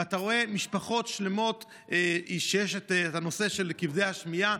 ואתה רואה משפחות שלמות של כבדי השמיעה,